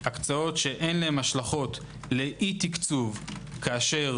הקצאות שאין להן השלכות לאי תקצוב כאשר